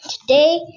today